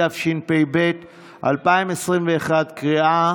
התשפ"ב 2021, לקריאה